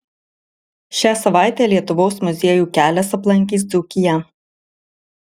šią savaitę lietuvos muziejų kelias aplankys dzūkiją